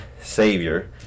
Savior